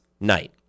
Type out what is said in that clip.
night